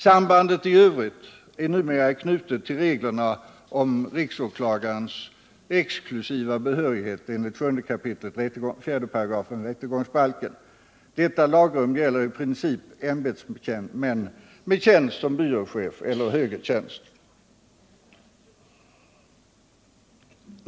Sambandet i övrigt är numera knutet till reglerna om riksåklagarens exklusiva behörighet enligt 7 kap. 4 § rättegångsbalken. Detta lagrum gäller i princip ämbetsmän med tjänst såsom byråchef eller högre tjänst.